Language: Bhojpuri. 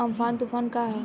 अमफान तुफान का ह?